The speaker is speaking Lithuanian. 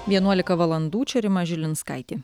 vienuolika valandų čia rima žilinskaitė